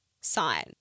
sign